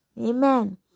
Amen